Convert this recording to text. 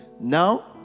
now